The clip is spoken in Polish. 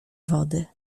wody